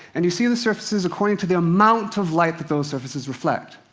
and you see the surfaces according to the amount of light that those surfaces reflect.